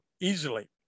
easily